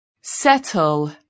settle